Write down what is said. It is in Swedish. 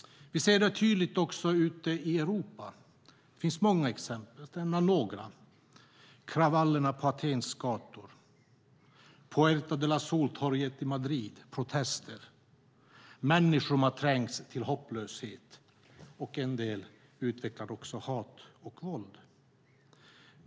Vi ser det tydligt också ute i Europa. Det finns många exempel. Jag kan nämna några. Kravallerna på Atens gator, protester på Puerta del Sol-torget i Madrid. Människorna trängs till hopplöshet, och en del utvecklar också hat och våld.